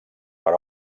per